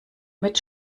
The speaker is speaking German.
mit